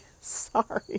Sorry